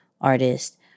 artist